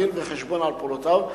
דין-וחשבון על פעולותיו,